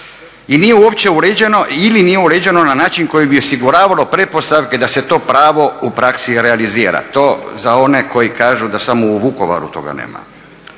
i nije uopće uređeno ili nije uređeno na način koji bi osiguravalo pretpostavke da se to pravo u praksi i realizira. To za one koji kažu da samo u Vukovaru toga nema.